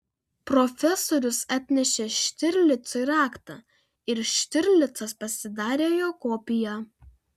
profesorius atnešė štirlicui raktą ir štirlicas pasidarė jo kopiją